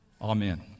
Amen